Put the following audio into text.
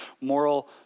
moral